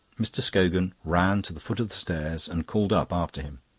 mr. scogan ran to the foot of the stairs and called up after him.